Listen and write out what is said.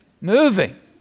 moving